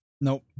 Nope